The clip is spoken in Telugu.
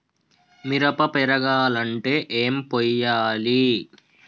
మిరప పెరగాలంటే ఏం పోయాలి?